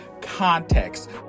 context